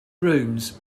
rooms